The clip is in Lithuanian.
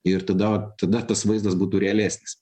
ir tada tada tas vaizdas būtų realesnis